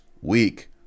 week